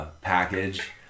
Package